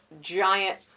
giant